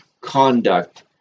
conduct